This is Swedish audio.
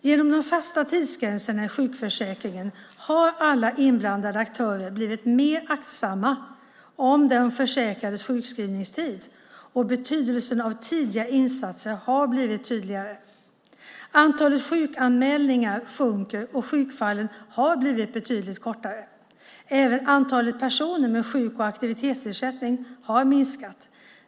Genom de fasta tidsgränserna i sjukförsäkringen har alla inblandade aktörer blivit mer aktsamma om den försäkrades sjukskrivningstid och betydelsen av tidiga insatser har blivit tydligare. Antalet sjukanmälningar sjunker och sjukfallen har blivit betydligt kortare. Även antalet personer med sjuk och aktivitetsersättning har minskat.